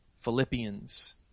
Philippians